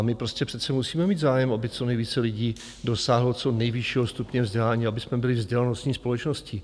My přece musíme mít zájem, aby co nejvíce lidí dosáhlo co nejvyššího stupně vzdělání, abychom byli vzdělanostní společností.